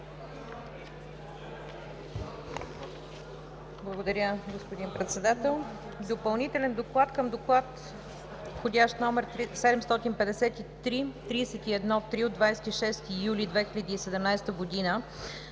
Благодаря, господин Председател. „Допълнителен доклад към доклад вх. № 753-31-3 от 26 юли 2017 г.